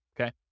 Okay